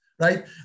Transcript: right